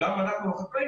וגם אנחנו החקלאים,